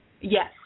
Yes